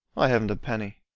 i haven't a penny.